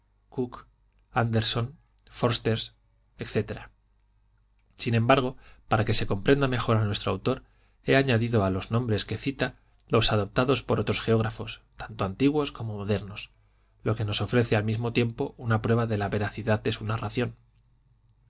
anderson forster etc sin embargo para que se comprenda mejor a nuestro autor he añadido a los nombres que cita los adoptados por otros geógrafos tanto antiguos como modernos lo que nos ofrece al mismo tiempo una prueba de la veracidad de su narración